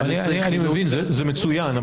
זה מצוין,